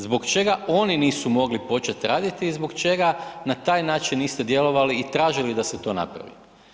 Zbog čega oni nisu mogli početi raditi i zbog čega na taj način niste djelovali i tražili da se to napravi?